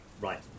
Right